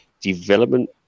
development